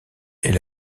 est